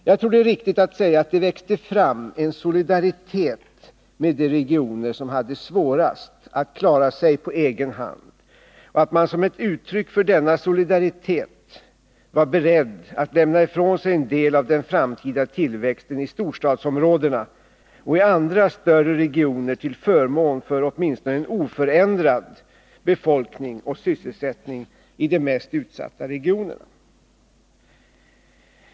Jag tror att det är riktigt att säga att det växte fram en solidaritet med de regioner som hade svårast att klara sig på egen hand och att man som ett uttryck för denna solidaritet var beredd att lämna från sig en del av den framtida tillväxten i storstadsområdena och i andra större regioner till förmån för en åtminstone oförändrad befolkning och sysselsättning i de mest utsatta regionerna.